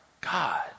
God